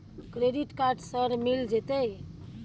Credit card sir मिल जेतै?